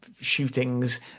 shootings